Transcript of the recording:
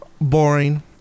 boring